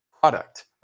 product